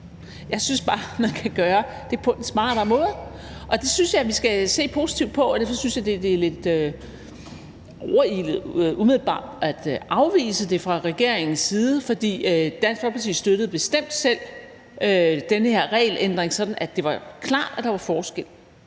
er ærgerligt, at man ikke har gjort det. Jeg synes, vi skal se positivt på det, og derfor synes jeg, det umiddelbart er lidt overilet at afvise det fra regeringens side. Dansk Folkeparti støttede bestemt selv den her regelændring, sådan at det var klart, at der var forskel,